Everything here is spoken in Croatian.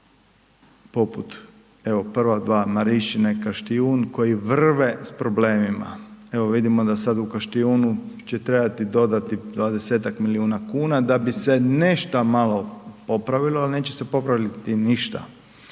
poput evo prva dva Marišćine i Kaštijun koji vrve s problemima. Evo vidimo da sad u Kaštijunu će trebati dodati 20-ak milijuna kuna da bi se nešto malo popravilo ali neće se popraviti ništa